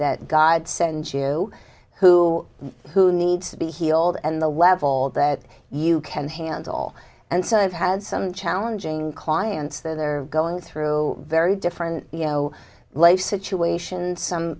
that god sends you who who needs to be healed and the level that you can handle and so i've had some challenging clients they're going through very different you know life situations some